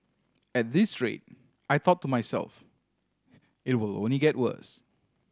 at this rate I thought to myself it will only get worse